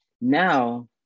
now